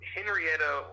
Henrietta